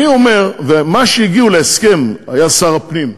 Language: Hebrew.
ומה שהגיעו להסכם, היה שר הפנים.